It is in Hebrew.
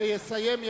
ויסיים,